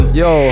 yo